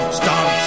stop